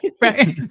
Right